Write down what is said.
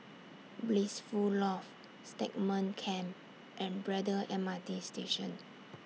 Blissful Loft Stagmont Camp and Braddell M R T Station